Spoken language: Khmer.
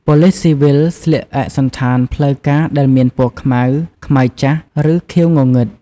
ប៉ូលិសស៊ីវិលស្លៀកឯកសណ្ឋានផ្លូវការដែលមានពណ៌ខ្មៅ ខ្មៅចាស់ ឬខៀវងងឹត។